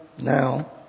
now